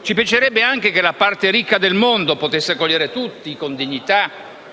Ci piacerebbe anche che la parte ricca del mondo potesse accogliere tutti con dignità,